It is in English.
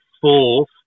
fourth